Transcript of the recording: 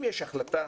אם יש החלטה